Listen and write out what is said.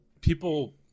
people